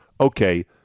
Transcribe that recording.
okay